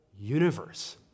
universe